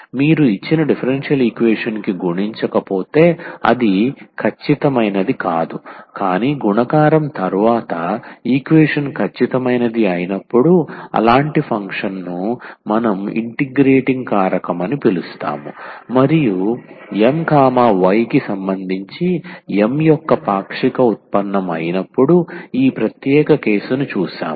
మీరు ఇచ్చిన differential equation కి గుణించకపోతే అది ఖచ్చితమైనది కాదు కానీ గుణకారం తరువాత ఈక్వేషన్ ఖచ్చితమైనది అయినప్పుడు అలాంటి ఫంక్షన్ను ఇంటిగ్రేటింగ్ కారకం అని పిలుస్తాము మరియు M y సంబంధించి M యొక్క పాక్షిక ఉత్పన్నం అయినప్పుడు ఈ ప్రత్యేక కేసును చూశాము